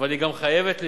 אבל היא גם חייבת למשול,